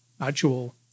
actual